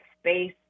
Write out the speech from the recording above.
space